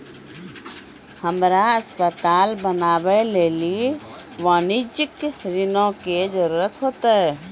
हमरा अस्पताल बनाबै लेली वाणिज्यिक ऋणो के जरूरत होतै